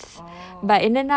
oh